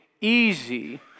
easy